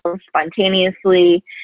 spontaneously